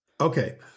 Okay